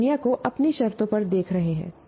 वे दुनिया को अपनी शर्तों पर देख रहे हैं